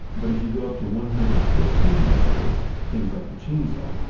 but if you go up to one hundred and fifteen decibels, things like a chainsaw